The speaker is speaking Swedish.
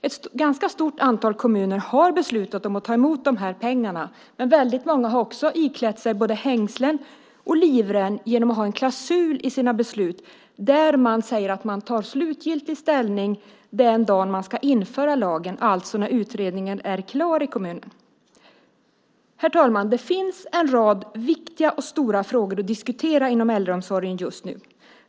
Ett ganska stort antal kommuner har beslutat att ta emot de här pengarna, men väldigt många har också iklätt sig både hängslen och livrem genom att i sina beslut ha en klausul om att man slutgiltigt tar ställning den dagen lagen ska införas - alltså när utredningen i kommunen är klar. Herr talman! Det finns just nu en rad viktiga och stora frågor att diskutera inom äldreomsorgen.